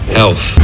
health